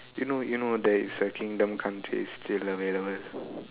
you know you know there is a kingdom country still available